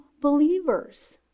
believers